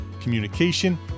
communication